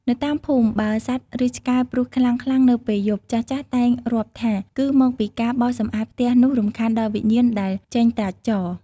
នៅតាមភូមិ បើសត្វឬឆ្កែព្រុសខ្លាំងៗនៅពេលយប់ ចាស់ៗតែងរាប់ថា គឺមកពីការបោសសម្អាតផ្ទះនោះរំខានដល់វិញ្ញាណដែលចេញត្រាច់ចរ។